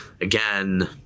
again